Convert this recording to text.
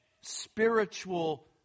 spiritual